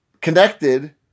connected